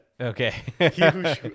okay